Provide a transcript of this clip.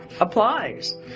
applies